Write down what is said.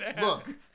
look